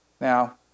Now